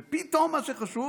ופתאום מה שחשוב